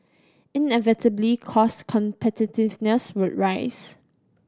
inevitably cost competitiveness would arise